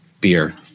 beer